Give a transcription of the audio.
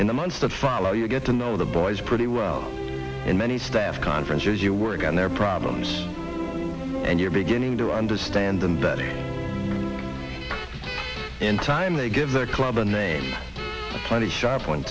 in the months that follow you get to know the boys pretty well and many staff conferences you work on their problems and you're beginning to understand them better in time they give the club a name plenty sharp one